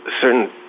certain